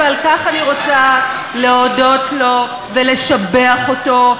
ועל כך אני רוצה להודות לו ולשבח אותו,